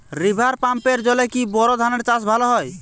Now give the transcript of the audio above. River পাম্পের জলে কি বোর ধানের চাষ ভালো হয়?